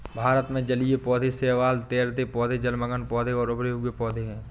भारत में जलीय पौधे शैवाल, तैरते पौधे, जलमग्न पौधे और उभरे हुए पौधे हैं